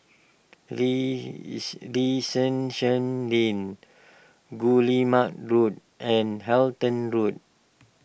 Lane Guillemard Road and Halton Road